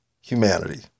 humanity